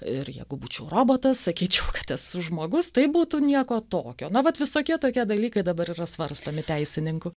ir jeigu būčiau robotas sakyčiau kad esu žmogus tai būtų nieko tokio na vat visokie tokie dalykai dabar yra svarstomi teisininkų